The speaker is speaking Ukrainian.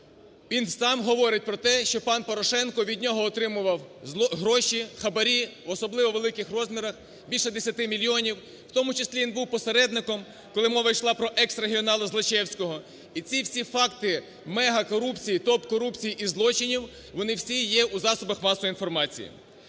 він сам говорить про те, що пан Порошенко від нього отримував гроші, хабарі в особливо великих розмірах – більше 10 мільйонів. В тому числі він був посередником, коли мова йде про екс-регіонала Злочевського. І ці всі факти мегакорупції, топ-корупції і злочинів вони всі є у засобах масової інформації.